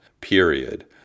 period